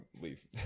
leave